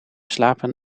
slapen